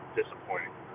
disappointing